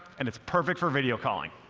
and it's perfect for video calling.